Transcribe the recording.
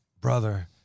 brother